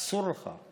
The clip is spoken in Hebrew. אסור לך.